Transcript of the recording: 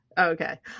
okay